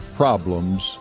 problems